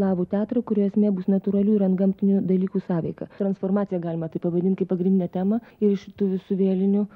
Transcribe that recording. slavų teatrą kurio esmė bus natūralių ir antgamtinių dalykų sąveika transformaciją galima taip pavadint kaip pagrindinę temą ir iš šitų visų vėlinių